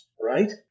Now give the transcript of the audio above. right